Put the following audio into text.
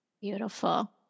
Beautiful